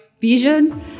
vision